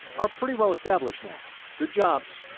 are pretty well established now. good jobs,